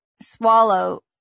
swallow